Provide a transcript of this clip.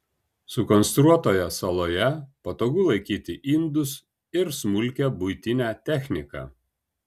sukonstruotoje saloje patogu laikyti indus ir smulkią buitinę techniką